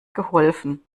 geholfen